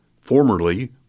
Formerly